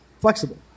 flexible